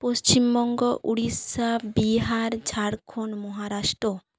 Paschimbanga Orissa Bihar Jharkhand Maharashtra